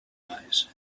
arise